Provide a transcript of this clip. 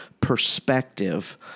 perspective